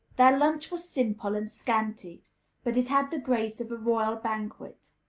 their lunch was simple and scanty but it had the grace of a royal banquet.